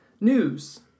news